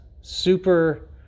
super